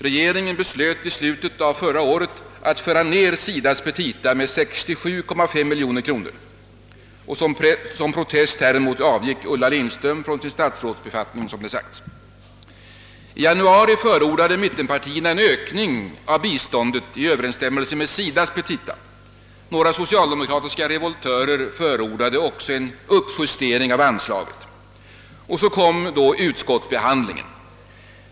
Regeringen beslöt i slutet av förra året att skära ned SIDA:s petita med 67,5 miljoner kronor, och som protest häremot avgick Ulla Lindström från sin statsrådsbefattning. I januari förordade mitten partierna en ökning av biståndet i överensstämmelse: med SIDA:s petita. Några socialdemokratiska revoltörer förordade då en uppjustering av anslaget. Så kom ” utskottsbehandlingen.